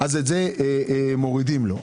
אז את זה מורידים לו,